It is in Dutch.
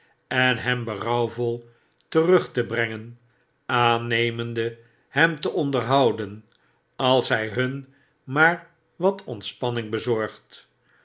en hem berouwvol terug te brengen aannemende hem te onderhouden als hy nun maar wat ohtspanning bezorgt